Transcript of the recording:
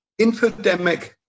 infodemic